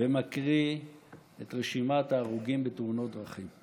ומקריא את רשימת ההרוגים בתאונות דרכים.